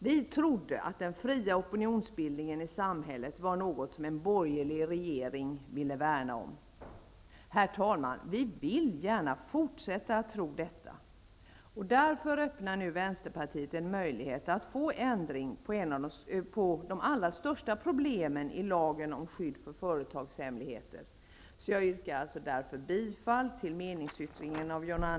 Vi trodde att den fria opinionsbildningen i samhället var något som en borgerlig regering ville värna om. Herr talman! Vi vill gärna fortsätta att tro detta. Därför öppnar vänsterpartiet nu en möjlighet att få en lösning på de allra största problemen i lagen om skydd för företagshemligheter. Jag yrkar därför bifall till meningsyttringen av John